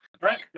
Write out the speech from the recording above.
right